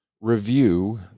review